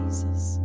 Jesus